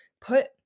put